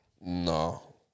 No